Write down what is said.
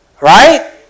right